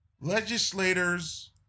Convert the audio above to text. legislators